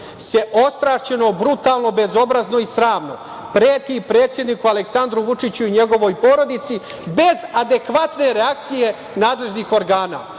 se ostrašćeno, brutalno, bezobrazno i sramno preti predsedniku Aleksandru Vučiću i njegovoj porodici, bez adekvatne reakcije nadležnih organa.